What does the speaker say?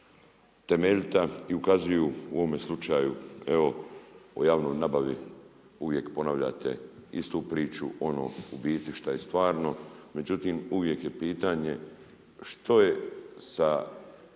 temeljita i ukazuju u ovome slučaju, evo o javnoj nabavi uvijek ponavljate istu priču, ono u biti što je stvarno, međutim, uvijek je pitanje, što je sa